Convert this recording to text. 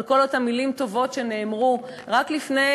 עם כל אותן מילים טובות שנאמרו רק לפני